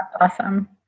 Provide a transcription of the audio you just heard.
awesome